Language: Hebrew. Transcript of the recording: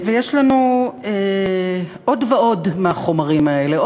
ויש לנו עוד ועוד מהחומרים האלה,